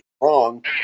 wrong